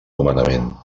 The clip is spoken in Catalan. nomenament